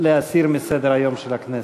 להסיר מסדר-היום של הכנסת.